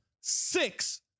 six